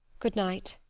good night.